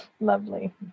Lovely